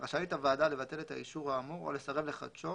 רשאית הוועדה לבטל את האישור האמור או לסרב לחדשו